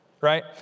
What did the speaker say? right